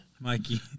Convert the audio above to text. Mikey